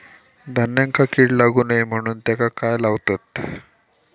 धान्यांका कीड लागू नये म्हणून त्याका काय लावतत?